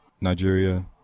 Nigeria